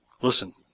Listen